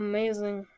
Amazing